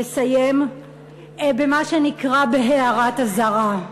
לסיים במה שנקרא "הערת אזהרה".